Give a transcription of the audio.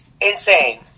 insane